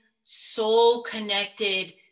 soul-connected